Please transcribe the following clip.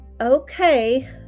Okay